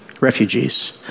refugees